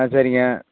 ஆ சரிங்க